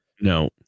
no